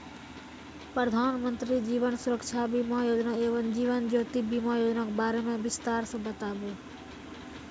प्रधान मंत्री जीवन सुरक्षा बीमा योजना एवं जीवन ज्योति बीमा योजना के बारे मे बिसतार से बताबू?